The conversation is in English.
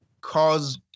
cause